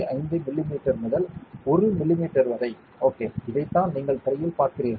5 மிமீ முதல் 1 மிமீ வரை ஓகே இதைத்தான் நீங்கள் திரையில் பார்க்கிறீர்கள்